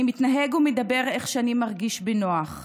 אני מתנהג ומדבר איך שאני מרגיש בנוח.